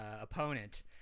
opponent